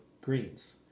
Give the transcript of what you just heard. greens